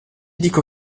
dico